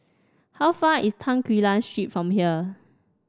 how far is Tan Quee Lan Street from here